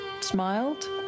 smiled